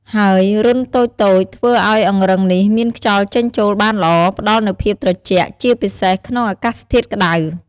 ហើយ រន្ធតូចៗ ធ្វើឲ្យអង្រឹងនេះមានខ្យល់ចេញចូលបានល្អ ផ្ដល់នូវភាពត្រជាក់ ជាពិសេសក្នុងអាកាសធាតុក្ដៅ។